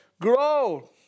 Grow